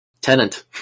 Tenant